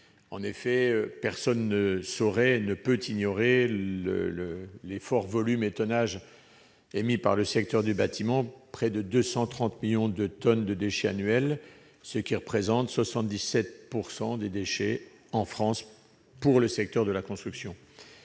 En effet, nul ne peut ignorer les forts volumes et tonnages émis par le secteur du bâtiment : près de 230 millions de tonnes de déchets par an, ce qui représente 77 % des déchets en France pour le seul secteur de la construction.